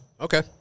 okay